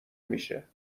میشه